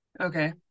Okay